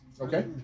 Okay